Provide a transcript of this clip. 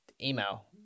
email